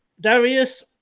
Darius